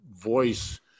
voice